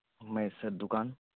मैं सर दुकान